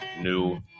New